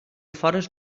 afores